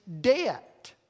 debt